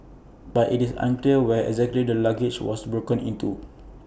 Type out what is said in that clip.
but it's unclear where exactly the luggage was broken into